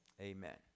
Amen